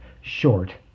short